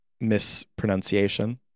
mispronunciation